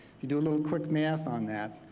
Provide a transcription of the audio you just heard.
you do a little quick math on that,